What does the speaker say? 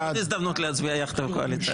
עוד הזדמנות להצביע יחד עם הקואליציה.